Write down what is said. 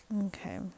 Okay